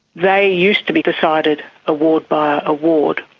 they used to be decided award by award,